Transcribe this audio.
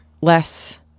Less